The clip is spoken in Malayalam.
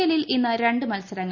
എല്ലിൽ ഇന്ന് രണ്ട് മത്സരങ്ങൾ